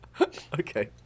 Okay